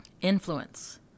Influence